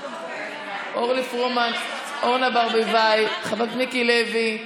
אורנה ברביבאי, מיקי לוי,